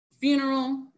funeral